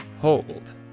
hold